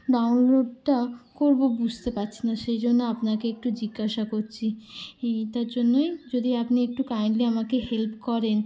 ডাউনলোডটা করবো বুঝতে পারছি না সেই জন্য আপনাকে একটু জিজ্ঞাসা করছি এইটার জন্যই যদি আপনি একটু কাইন্ডলি আমাকে হেল্প করেন